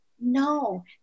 No